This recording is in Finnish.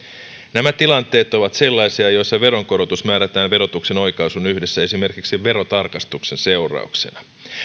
nämä tilanteet ovat sellaisia joissa veronkorotus määrätään verotuksen oikaisun yhteydessä esimerkiksi verotarkastuksen seurauksena